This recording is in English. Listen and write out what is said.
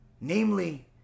namely